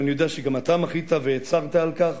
ואני יודע שגם אתה מחית והצרת על כך,